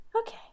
Okay